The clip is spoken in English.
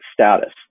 status